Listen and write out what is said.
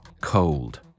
cold